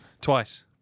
twice